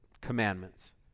commandments